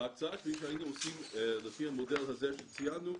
וההקצאה כפי שהיינו עושים לפי המודל הזה שציינו,